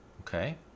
okay